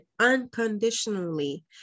unconditionally